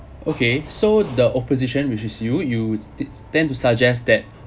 okay so the opposition which is you you tend to suggest that